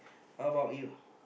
how about you